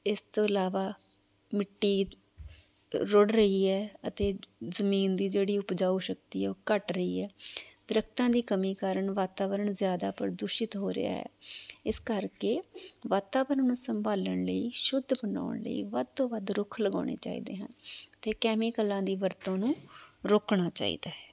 ਇਸ ਤੋਂ ਇਲਾਵਾ ਮਿੱਟੀ ਰੁੜ ਰਹੀ ਹੈ ਅਤੇ ਜਮੀਨ ਦੀ ਜਿਹੜੀ ਉਪਜਾਊ ਸ਼ਕਤੀ ਹੈ ਉਹ ਘੱਟ ਰਹੀ ਹੈ ਦਰੱਖਤਾਂ ਦੀ ਕਮੀ ਕਾਰਨ ਵਾਤਾਵਰਣ ਜ਼ਿਆਦਾ ਪ੍ਰਦੂਸ਼ਿਤ ਹੋ ਰਿਹਾ ਹੈ ਇਸ ਕਰਕੇ ਵਾਤਾਵਰਣ ਨੂੰ ਸੰਭਾਲਣ ਲਈ ਸ਼ੁੱਧ ਬਣਾਉਣ ਲਈ ਵੱਧ ਤੋਂ ਵੱਧ ਰੁੱਖ ਲਗਾਉਣੇ ਚਾਹੀਦੇ ਹਨ ਅਤੇ ਕੈਮੀਕਲਾਂ ਦੀ ਵਰਤੋਂ ਨੂੰ ਰੋਕਣਾ ਚਾਹੀਦਾ ਹੈ